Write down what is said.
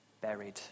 buried